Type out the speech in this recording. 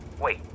Wait